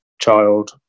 child